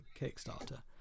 Kickstarter